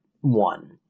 one